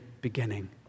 beginning